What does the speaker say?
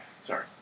Sorry